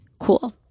cool